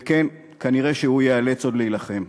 וכן, כנראה הוא ייאלץ עוד להילחם.